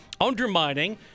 undermining